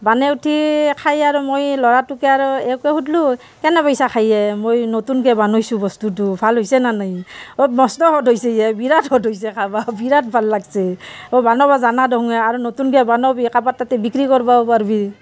বনাই উঠি খায় আৰু মই ল'ৰাটোকে আৰু এওকে সুধিলোঁ কেনে পাইচা খায় মই নতুনকৈ বানাইছোঁ বস্তুটো ভাল হৈছেনে নাই অ' মষ্ট সুৱাদ হৈছে এয়া বিৰাট সুৱাদ হৈছে খাব বিৰাট ভাল লাগিছে অ' বনাব জানা দেখোন আৰু নতুনকৈ বনাবি কাৰোবাৰ তাতে বিক্ৰী কৰিবও পাৰিবি